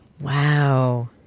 Wow